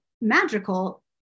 magical